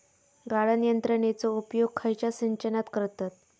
गाळण यंत्रनेचो उपयोग खयच्या सिंचनात करतत?